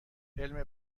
علم